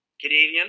Canadian